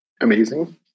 Amazing